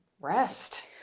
rest